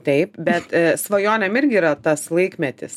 taip bet svajonėm irgi yra tas laikmetis